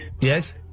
Yes